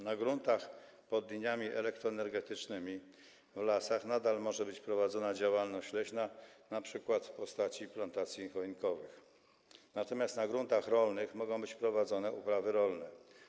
Na gruntach pod liniami elektroenergetycznymi w lasach nadal może być prowadzona działalność leśna, np. w postaci plantacji choinkowych, natomiast na gruntach rolnych mogą być prowadzone uprawy rolne.